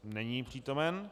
Není přítomen.